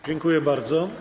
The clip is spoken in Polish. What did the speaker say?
Dziękuję bardzo.